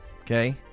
Okay